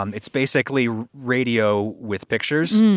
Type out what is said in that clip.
um it's basically radio with pictures,